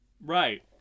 Right